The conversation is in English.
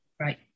Right